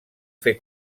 fer